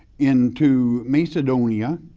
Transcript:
into macedonia,